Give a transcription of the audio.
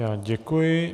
Já děkuji.